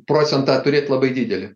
procentą turėt labai didelį